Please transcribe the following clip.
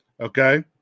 Okay